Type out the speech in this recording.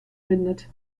findet